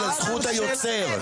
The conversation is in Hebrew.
אלא זכות היוצר.